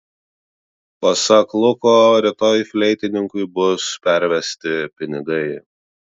pasak luko rytoj fleitininkui bus pervesti pinigai